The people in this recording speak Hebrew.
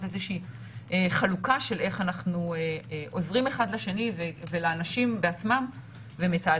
איזושהי חלוקה של איך אנחנו עוזרים אחד לשני ולאנשים בעצם ומתעדים